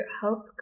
help